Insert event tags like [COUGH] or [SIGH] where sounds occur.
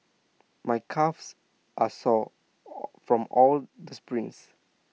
my calves are sore [UNINTELLIGIBLE] from all the sprints